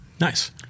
Nice